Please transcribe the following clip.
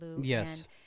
Yes